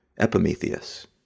Epimetheus